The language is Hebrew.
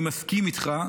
אני מסכים איתך.